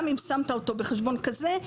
גם כששמת אותו בחשבון כזה,